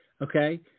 Okay